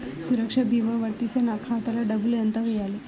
సురక్ష భీమా వర్తిస్తే నా ఖాతాలో డబ్బులు ఎంత వేయాలి?